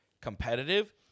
competitive